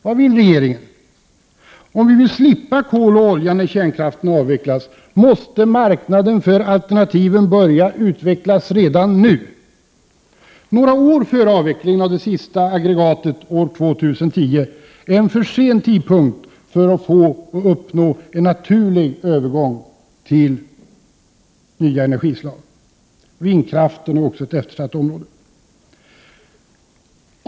Vad vill regeringen? Om vi vill slippa kol och olja när kärnkraften avvecklas måste marknaden för alternativen börja utvecklas redan nu. Några år före avvecklingen av det sista aggregatet år 2010 är en för sen tidpunkt för att en naturlig övergång till nya energislag skall kunna ske. Vindkraften är också ett eftersatt område.